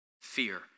fear